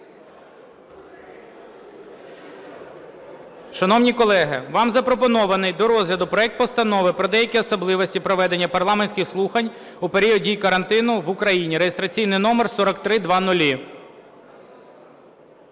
Шановні колеги, вам запропонований до розгляду проект Постанови про деякі особливості проведення парламентських слухань у період дії карантину в Україні (реєстраційний номер 4302).